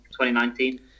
2019